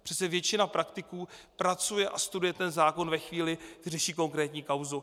Přece většina praktiků pracuje a studuje ten zákon ve chvíli, kdy řeší konkrétní kauzu.